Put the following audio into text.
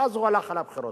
ואז הוא הלך על בחירות.